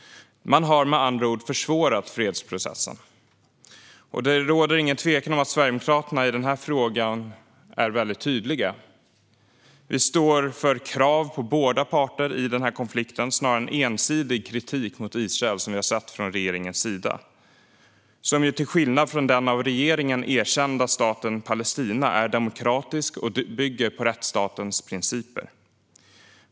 Man har med andra ord försvårat fredsprocessen. Det råder ingen tvekan om att Sverigedemokraterna i den här frågan är väldigt tydliga. Vi står för krav på båda parter i den här konflikten snarare än för en ensidig kritik mot Israel, som vi har sett från regeringens sida, som till skillnad från den av regeringen erkända staten Palestina är demokratisk och bygger på rättsstatens principer.